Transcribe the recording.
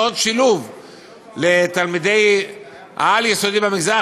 שעות שילוב לתלמידי העל-יסודי במגזר